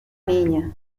niña